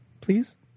Please